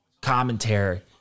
commentary